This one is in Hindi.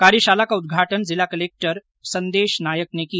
कार्यशाला का उद्घाटन जिला कलेक्टर श्री संदेश नायक ने किया